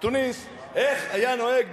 איך היה נוהג בתוניס,